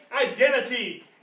identity